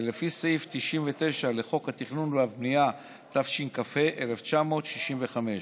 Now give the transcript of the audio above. ולפי סעיף 99 לחוק התכנון והבנייה, התשכ"ה 1965,